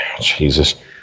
jesus